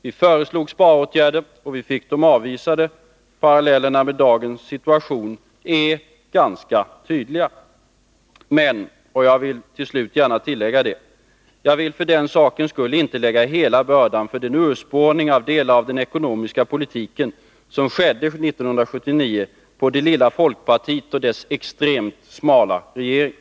Vi föreslog sparåtgärder, och vi fick dem avvisade. Parallellen med dagens situation är ganska tydlig. Men — och jag vill gärna tillfoga det — jag lägger inte hela skulden för den urspårning av delar av den ekonomiska politiken som skedde 1979 på det lilla folkpartiet och dess extremt smala regering.